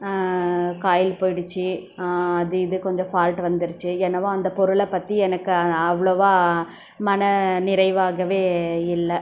coil போயிடுச்சு அது இது கொஞ்சம் ஃபால்ட் வந்துருச்சு என்னவோ அந்த பொருளை பற்றி எனக்கு அவ்வளோவா மனநிறைவாகவே இல்லை